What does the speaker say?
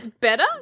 better